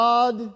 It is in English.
God